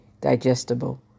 digestible